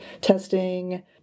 testing